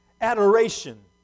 adoration